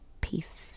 Peace